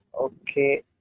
Okay